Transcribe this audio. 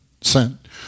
sent